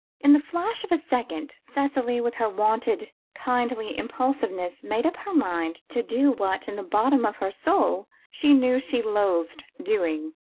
in the flash of a second, cicely, with her wonted kindly impulsiveness, made up her mind to do what in the bottom of her soul, she knew she loathed doing,